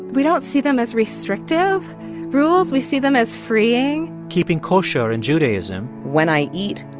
we don't see them as restrictive rules. we see them as freeing. keeping kosher in judaism. when i eat,